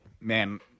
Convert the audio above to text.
man